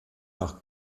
nach